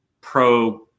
pro